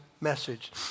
message